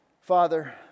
Father